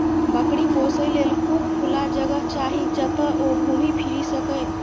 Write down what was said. बकरी पोसय लेल खूब खुला जगह चाही, जतय ओ घूमि फीरि सकय